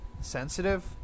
sensitive